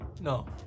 No